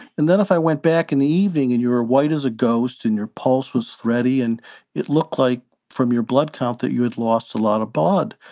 and then if i went back in the evening and you were white as a ghost and your pulse was thready and it looked like from your blood count that you had lost a lot of blood,